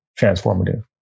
transformative